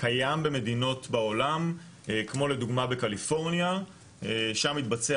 קיים במדינות בעולם כמו לדוגמה בקליפורניה שם מתבצע